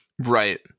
Right